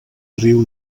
riu